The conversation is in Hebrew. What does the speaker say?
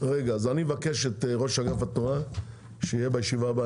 אני מבקש מראש אגף התנועה שיהיה בישיבה הבאה,